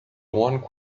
one